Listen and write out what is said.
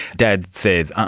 dad says, uh-uh,